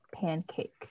pancake